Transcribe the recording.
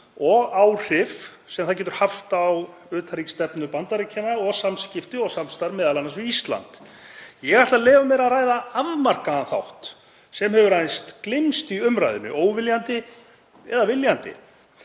og áhrif sem þau geta haft á utanríkisstefnu Bandaríkjanna og samskipti og samstarf, m.a. við Ísland. Ég ætla að leyfa mér að ræða afmarkaðan þátt sem hefur gleymst í umræðunni, óviljandi eða viljandi.